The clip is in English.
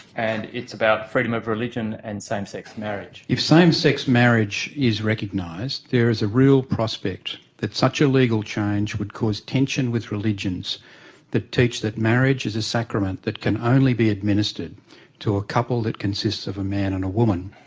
and it's about freedom of religion and same-sex marriage. if same-sex marriage is recognised, there is a real prospect that such a legal change would cause tension with religions that teach that marriage is a sacrament that can only be administered to a couple that consist of a man and a woman.